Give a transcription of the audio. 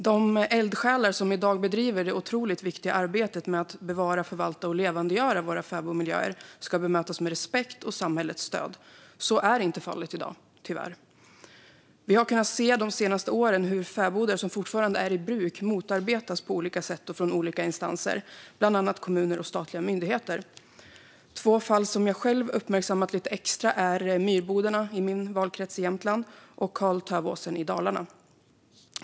De eldsjälar som i dag bedriver det otroligt viktiga arbetet med att bevara, förvalta och levandegöra våra fäbodmiljöer ska bemötas med respekt och samhällets stöd. Så är tyvärr inte fallet i dag.De senaste åren har vi kunnat se hur fäbodar som fortfarande är i bruk motarbetas på olika sätt och från olika instanser, bland annat kommuner och statliga myndigheter. Två fall som jag själv uppmärksammat lite extra är Myhrbodarna i min valkrets Jämtland och Karl-Tövåsen i Dalarna.